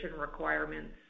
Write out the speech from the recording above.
requirements